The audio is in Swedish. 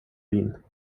min